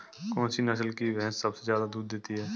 कौन सी नस्ल की भैंस सबसे ज्यादा दूध देती है?